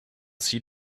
see